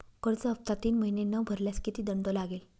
कर्ज हफ्ता तीन महिने न भरल्यास किती दंड लागेल?